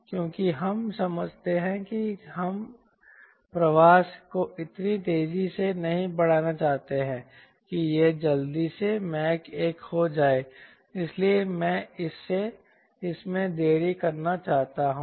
क्योंकि हम समझते हैं कि हम प्रवाह को इतनी तेजी से नहीं बढ़ाना चाहते हैं कि यह जल्दी से मैक 1 हो जाए इसलिए मैं इसमें देरी करना चाहता हूं